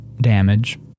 damage